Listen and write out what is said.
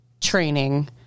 training